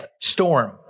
storm